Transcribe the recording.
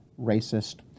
racist